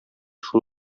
шул